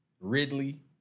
Ridley